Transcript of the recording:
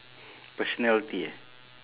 personality eh